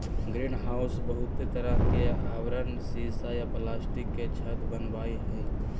greenhouse बहुते तरह के आवरण सीसा या प्लास्टिक के छत वनावई हई